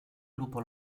lupo